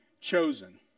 chosen